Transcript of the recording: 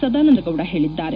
ಸದಾನಂದ ಗೌಡ ಹೇಳಿದ್ದಾರೆ